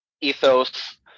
ethos